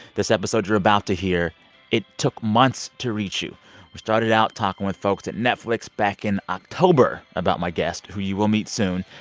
this episode you're about to hear it took months to reach you started out talking with folks at netflix back in october about my guest, who you will meet soon.